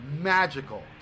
magical